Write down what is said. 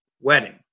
wedding